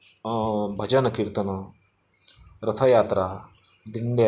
भजन कीर्तनं रथयात्रा दिंड्या